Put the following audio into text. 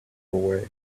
away